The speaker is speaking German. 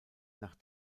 nach